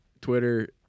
Twitter